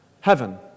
Heaven